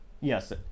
yes